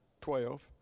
twelve